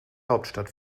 hauptstadt